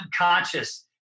unconscious